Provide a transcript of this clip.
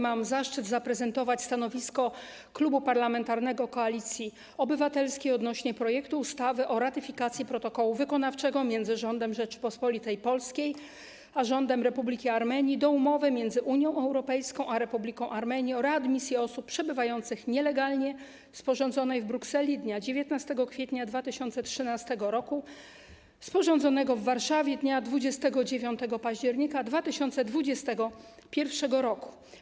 Mam zaszczyt zaprezentować stanowisko Klubu Parlamentarnego Koalicji Obywatelskiej odnośnie do projektu ustawy o ratyfikacji Protokołu Wykonawczego między Rządem Rzeczypospolitej Polskiej a Rządem Republiki Armenii do Umowy między Unią Europejską a Republiką Armenii o readmisji osób przebywających nielegalnie, sporządzonej w Brukseli dnia 19 kwietnia 2013 roku, sporządzonego w Warszawie dnia 29 października 2021 roku.